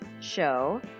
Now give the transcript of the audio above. show